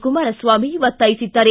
ಕುಮಾರಸ್ವಾಮಿ ಒತ್ತಾಯಿಸಿದ್ದಾರೆ